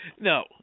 No